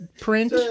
print